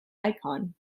icon